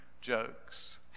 jokes